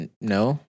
no